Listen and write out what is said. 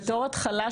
בתור התחלה,